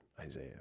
Isaiah